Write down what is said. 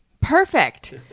perfect